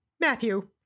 Matthew